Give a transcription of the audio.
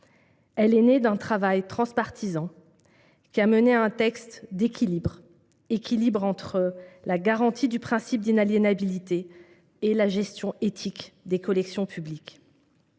Elle est née d’un travail transpartisan qui a mené à un texte d’équilibre entre la garantie du principe d’inaliénabilité et la gestion éthique des collections publiques.